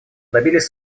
добились